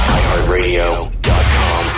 iHeartRadio.com